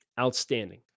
Outstanding